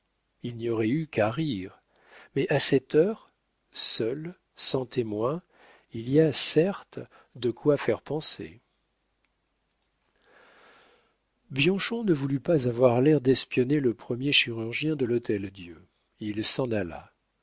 il n'y aurait eu qu'à rire mais à cette heure seul sans témoins il y a certes de quoi faire penser bianchon ne voulut pas avoir l'air d'espionner le premier chirurgien de l'hôtel-dieu il s'en alla